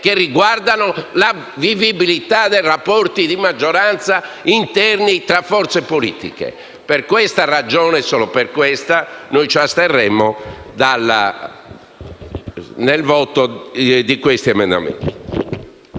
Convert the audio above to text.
che riguardano la vivibilità dei rapporti di maggioranza interni fra forze politiche. Per questa ragione, e solo per questa, noi ci asterremo dal voto di questi due emendamenti.